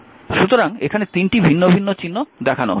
সুতরাং এখানে 3টি ভিন্ন ভিন্ন চিহ্ন দেখানো হয়েছে